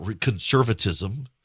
conservatism